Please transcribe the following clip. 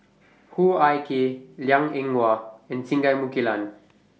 Hoo Ah Kay Liang Eng Hwa and Singai Mukilan